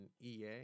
EA